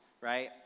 right